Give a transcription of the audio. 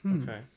Okay